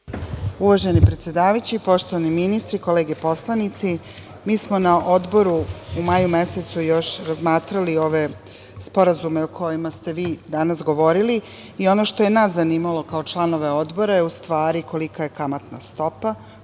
Uvaženi predsedavajući, poštovani ministri, kolege poslanici, mi smo na Odboru u maju mesecu još razmatrali ove sporazume o kojima ste vi danas govorili i ono što nas zanimalo je kao članove Odbore jeste kolika je kamatna stopa,